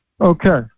Okay